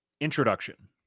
Introduction